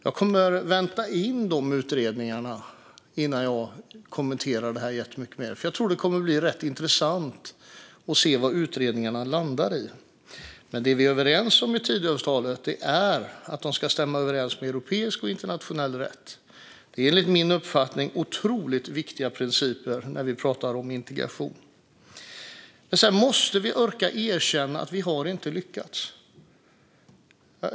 Jag kommer att vänta in de utredningarna innan jag kommenterar detta mycket mer, för jag tror att det kommer att bli rätt intressant att se vad de landar i. Men det vi är överens om i Tidöavtalet är att det ska stämma överens med europeisk och internationell rätt. Det är enligt min uppfattning otroligt viktiga principer när vi pratar om integration. Sedan måste vi orka erkänna att vi inte har lyckats.